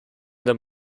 them